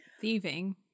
thieving